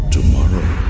Tomorrow